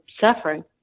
suffering